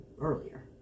earlier